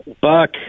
Buck